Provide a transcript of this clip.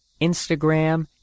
Instagram